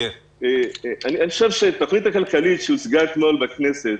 אני חושב שהתוכנית הכלכלית שהוצגה אתמול בכנסת